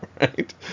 right